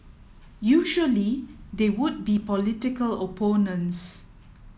usually they would be political opponents